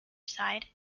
side